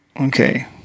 okay